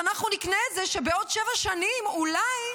שאנחנו נקנה זה שבעוד שבע שנים אולי,